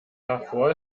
davor